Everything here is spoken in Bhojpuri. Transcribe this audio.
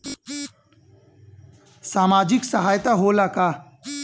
सामाजिक सहायता होला का?